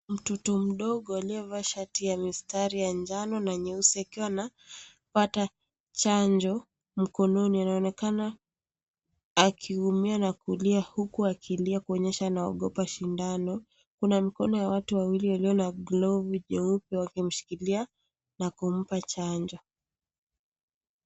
Mtoto mdogo aliyevaa shati ya mistari ya njano na nyeusi akiwa anapata chanjo mkononi. Anaonekana akiumia na kulia huku akilia kuonyesha anaogopa sindano. Kuna mikono ya watu wawili yalio na glovu nyeupe wakimshikilia na kumpa chanjo.